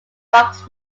fox